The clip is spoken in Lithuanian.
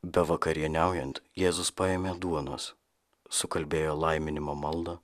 bevakarieniaujant jėzus paėmė duonos sukalbėjo laiminimo maldą